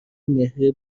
مهریه